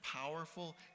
powerful